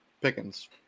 Pickens